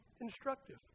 instructive